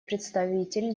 представитель